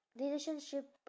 relationship